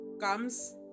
comes